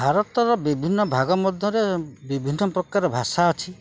ଭାରତର ବିଭିନ୍ନ ଭାଗ ମଧ୍ୟରେ ବିଭିନ୍ନ ପ୍ରକାର ଭାଷା ଅଛି